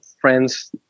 Friends